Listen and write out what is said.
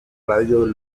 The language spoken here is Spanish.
radio